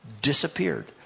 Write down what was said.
Disappeared